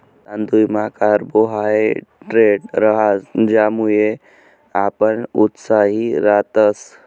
तांदुयमा कार्बोहायड्रेट रहास ज्यानामुये आपण उत्साही रातस